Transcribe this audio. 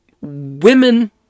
women